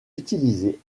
utiliser